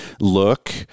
look